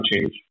change